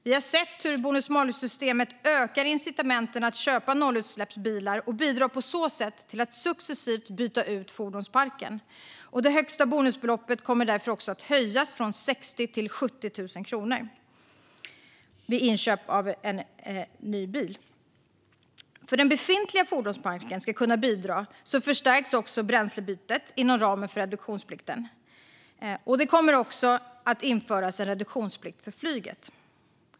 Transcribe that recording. Vi har sett hur bonus-malus-systemet ökar incitamenten att köpa nollutsläppsbilar och på så sätt bidrar till att successivt byta ut fordonsparken. Det högsta bonusbeloppet kommer därför att höjas från 60 000 till 70 000 kronor vid inköp av ny bil. För att den befintliga fordonsparken ska bidra förstärks bränslebyten inom ramen för reduktionsplikten. Det kommer också att införas en reduktionsplikt för flyget.